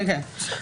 כן, כן.